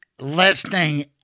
listening